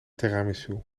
tiramisu